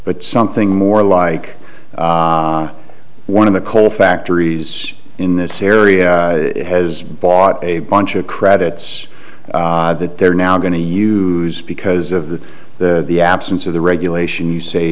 but something more like one of the cola factories in this area has bought a bunch of credits that they're now going to use because of the the absence of the regulation you say